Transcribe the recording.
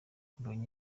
mbonye